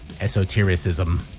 Esotericism